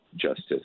justice